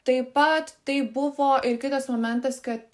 taip pat tai buvo ir kitas momentas kad